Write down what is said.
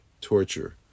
torture